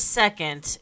second